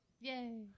Yay